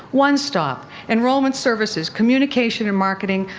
one stop, enrollment services, communication and marketing,